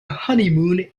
honeymoon